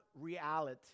reality